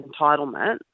entitlement